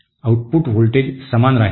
output voltage समान राहील